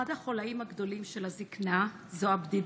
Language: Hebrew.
אחד החוליים הגדולים של הזקנה הוא הבדידות.